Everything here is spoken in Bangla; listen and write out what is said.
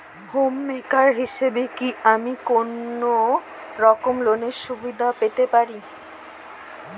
হোম মেকার হিসেবে কি আমি কোনো রকম লোনের সুবিধা পেতে পারি?